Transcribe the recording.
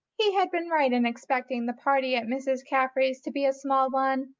he had been right in expecting the party at mrs. carfry's to be a small one.